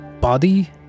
body